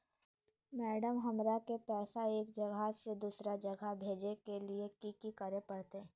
Madam, हमरा के पैसा एक जगह से दुसर जगह भेजे के लिए की की करे परते?